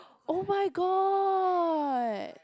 oh-my-god